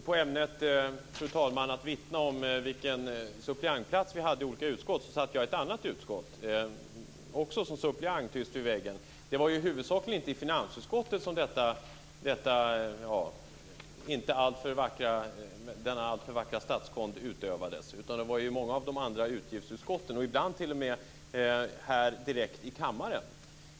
Fru talman! När det gäller ämnet att vittna om vilken suppleantplats vi hade i olika utskott kan jag säga att jag satt i ett annat utskott - också som suppleant, tyst vid väggen. Det var ju huvudsakligen inte i finansutskottet som denna inte alltför vackra statskonst utövades, utan det var i många av de andra utgiftsutskotten, och ibland t.o.m. direkt här i kammaren.